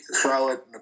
Charlotte